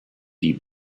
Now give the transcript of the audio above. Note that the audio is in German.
die